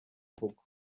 mvugo